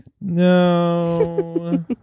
No